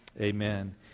Amen